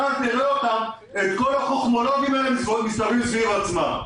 רק נראה את כל החוכמולוגים האלה מסתובבים סביב עצמם.